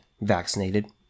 vaccinated